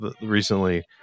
recently